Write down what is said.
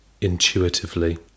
Intuitively